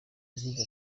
yagize